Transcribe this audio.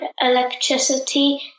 electricity